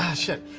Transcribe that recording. shit.